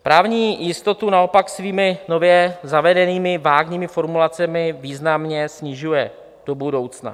Právní jistotu naopak svými nově zavedenými vágními formulacemi významně snižuje do budoucna.